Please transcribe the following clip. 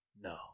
No